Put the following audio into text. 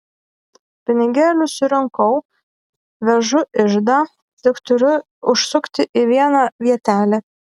pinigėlius surinkau vežu iždą tik turiu užsukti į vieną vietelę